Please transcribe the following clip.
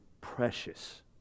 precious